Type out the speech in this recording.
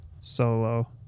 solo